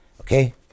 Okay